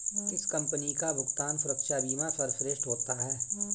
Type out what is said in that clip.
किस कंपनी का भुगतान सुरक्षा बीमा सर्वश्रेष्ठ होता है?